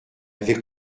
avait